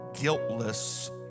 guiltless